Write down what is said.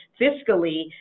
fiscally